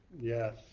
Yes